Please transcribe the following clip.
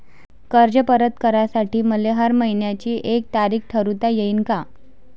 कर्ज परत करासाठी मले हर मइन्याची एक तारीख ठरुता येईन का?